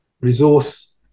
resource